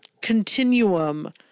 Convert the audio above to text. continuum